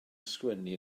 ysgrifennu